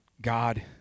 God